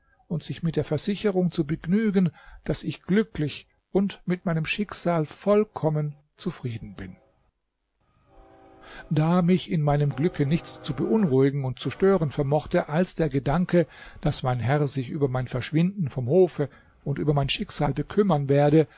und sich mit der versicherung zu begnügen daß ich glücklich und mit meinem schicksal vollkommen zufrieden bin da mich in meinem glücke nichts zu beunruhigen und zu stören vermochte als der gedanke daß mein herr sich über mein verschwinden vom hofe und über mein schicksal bekümmern werde